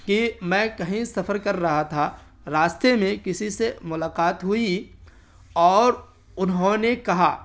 کہ میں کہیں سفر کر رہا تھا راستے میں کسی سے ملاقات ہوئی اور انہوں نے کہا